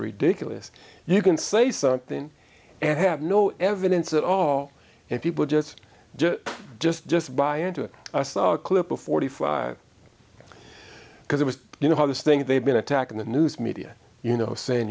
ridiculous you can say something and have no evidence at all and people just do it just just buy into it i saw a clip of forty five because it was you know how this thing they've been attacking the news media you know saying